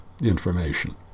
information